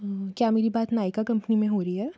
क्या मेरी बात नायिका कंपनी में हो रही है